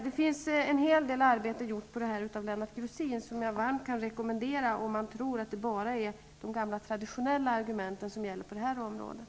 Det finns en hel del arbeten utfört på detta område av Lennart Grossin. Den som tror att enbart de traditionella argumenten är de som gäller rekommenderar jag varmt att läsa vad han har skrivit.